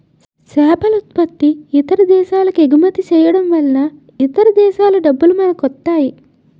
సేపలుత్పత్తి ఇతర దేశాలకెగుమతి చేయడంవలన ఇతర దేశాల డబ్బులు మనకొస్తాయి